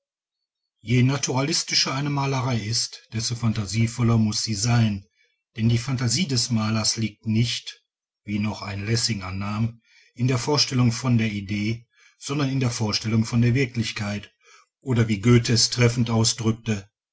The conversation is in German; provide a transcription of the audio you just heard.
je naturalistischer eine malerei ist desto phantasievoller muß sie sein denn die phantasie des malers liegt nicht wie noch ein lessing annahm in der vorstellung von der idee sondern in der vorstellung von der wirklichkeit oder wie goethe es treffend ausdrückt